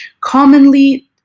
commonly